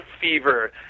fever